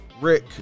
Rick